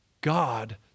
God